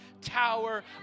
tower